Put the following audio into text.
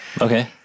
Okay